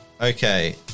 Okay